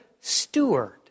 steward